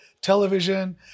television